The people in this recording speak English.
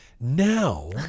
Now